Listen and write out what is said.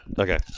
Okay